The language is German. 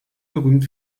berühmt